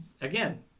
again